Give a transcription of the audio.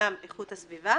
שעניינם איכות הסביבה,